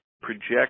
project